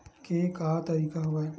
के का तरीका हवय?